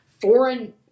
foreign